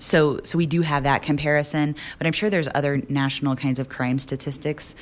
so so we do have that comparison but i'm sure there's other national kinds of crime statistics